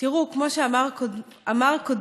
כמו שאמר קודמי,